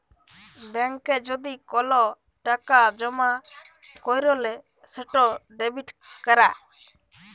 ব্যাংকে যদি কল টাকা জমা ক্যইরলে সেট ডেবিট ক্যরা